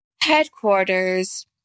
headquarters